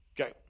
Okay